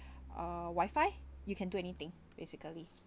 uh wifi you can do anything basically